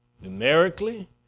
numerically